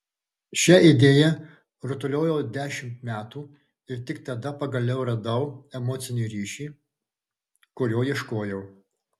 šią idėją rutuliojau dešimt metų ir tik tada pagaliau radau emocinį ryšį kurio ieškojau